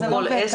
זה לא עובד ככה.